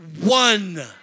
one